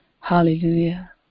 Hallelujah